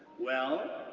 well,